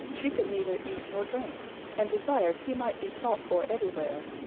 she could neither eat nor drink and desired he might be sought for everywhere,